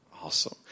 Awesome